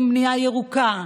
קידום בנייה ירוקה,